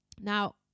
Now